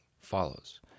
follows